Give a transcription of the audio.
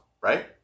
right